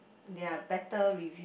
there are better review